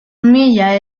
mila